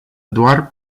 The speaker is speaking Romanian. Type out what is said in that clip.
doar